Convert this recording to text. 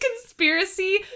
conspiracy